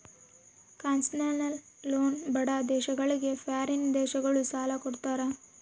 concessional loan ಬಡ ದೇಶಗಳಿಗೆ foreign ದೇಶಗಳು ಸಾಲ ಕೊಡ್ತಾರ